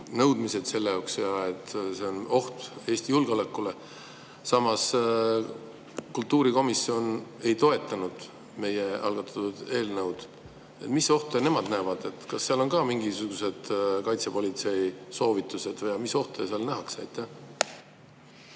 nõudmised selle jaoks ja et see on oht Eesti julgeolekule. Samas, kultuurikomisjon ei toetanud meie algatatud eelnõu. Mis ohtu nemad näevad? Kas seal on ka mingisugused kaitsepolitsei soovitused? Mis ohte seal nähakse?